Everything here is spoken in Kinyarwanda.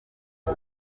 uko